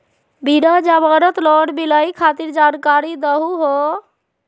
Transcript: बिना जमानत लोन मिलई खातिर जानकारी दहु हो?